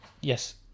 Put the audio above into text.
Yes